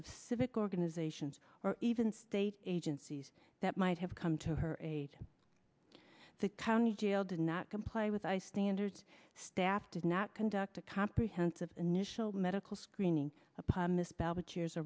of civic organizations or even state agencies that might have come to her aid the county jail did not comply with ice standards staff did not conduct a comprehensive initial medical screening upon miss